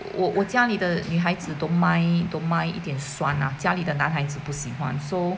我我家里的女孩子 don't mind don't mind 一点酸 lah 家里的男孩子不喜欢 so